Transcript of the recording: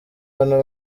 abantu